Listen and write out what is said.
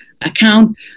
account